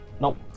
Nope